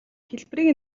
хэлбэрийг